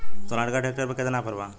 Sonalika tractor पर केतना offer बा?